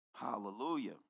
hallelujah